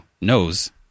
knows